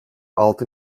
altı